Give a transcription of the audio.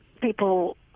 people